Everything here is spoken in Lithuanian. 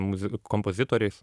muzi kompozitoriais